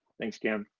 thanks, kim.